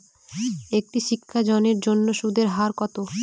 একটি শিক্ষা ঋণের জন্য সুদের হার কত?